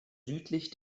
südlich